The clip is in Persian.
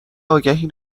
آگهی